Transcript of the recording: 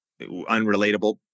unrelatable